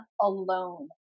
alone